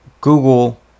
Google